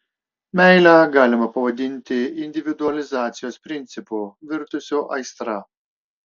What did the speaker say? meilę galima pavadinti individualizacijos principu virtusiu aistra